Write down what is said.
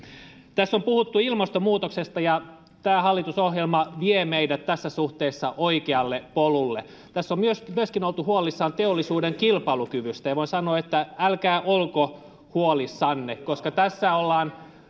tässä on puhuttu ilmastonmuutoksesta ja tämä hallitusohjelma vie meidät tässä suhteessa oikealle polulle tässä on myöskin myöskin oltu huolissaan teollisuuden kilpailukyvystä ja voin sanoa että älkää olko huolissanne koska tässä ollaan